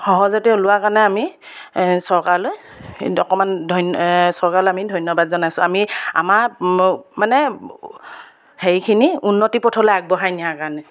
সহজতে ওলোৱাৰ কাৰণে আমি চৰকাৰলৈ অকণমান ধন্য চৰকাৰলৈ আমি ধন্যবাদ জনাইছোঁ আমি আমাৰ ম মানে হেৰিখিনি উন্নতি পথলৈ আগবঢ়াই নিয়াৰ কাৰণে